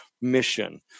mission